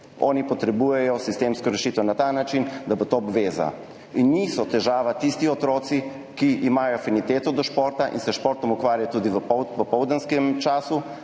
Oni potrebujejo sistemsko rešitev na ta način, da bo to obveza. In niso težava tisti otroci, ki imajo afiniteto do športa in se s športom ukvarjajo tudi v popoldanskem času,